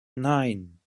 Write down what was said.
nein